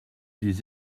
des